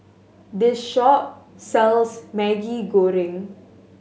this shop sells Maggi Goreng